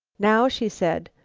now, she said,